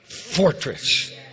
fortress